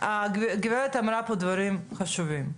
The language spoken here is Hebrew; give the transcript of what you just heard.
הגברת אמרה פה דברים חשובים,